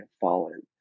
fallen